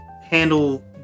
handle